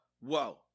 whoa